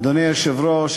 אדוני היושב-ראש,